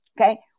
Okay